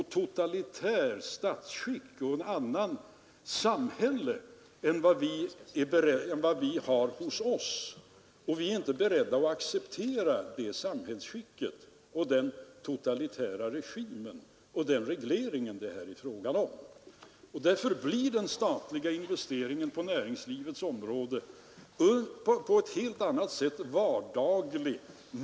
Historieskrivningen var illa genomtänkt av herr Helén, och jag hade följaktligen ett behov av att korrigera den. Det är klart att man kan säga att vi har en finansminister som är passiv och inte visar den lan och den energi och den fantasi och den force som skulle kunna vara erforderliga.